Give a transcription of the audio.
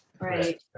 Right